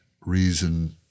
reason